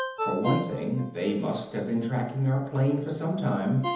for one thing, they must have been tracking our plane for some time,